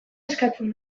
eskatzen